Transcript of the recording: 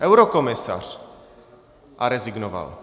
Eurokomisař, a rezignoval.